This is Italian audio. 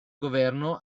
governo